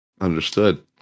Understood